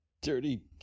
dirty